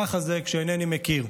ככה זה כשאינני מכיר.